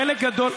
חלק גדול,